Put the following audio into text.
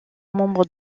membre